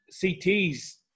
CT's